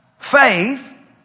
Faith